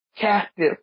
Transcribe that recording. captive